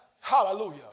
Hallelujah